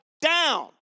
down